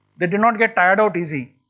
they did not get tired out easy.